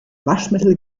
waschmittel